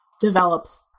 develops